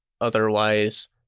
otherwise